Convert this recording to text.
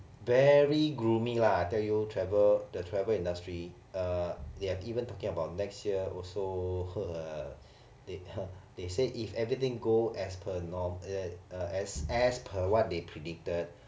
very gloomy lah I tell you travel the travel industry uh like even talking about next year also they said if everything go as per norm uh uh as as per what they predicted